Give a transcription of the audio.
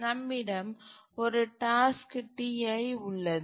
நம்மிடம் ஒரு task Ti உள்ளது